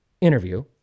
interview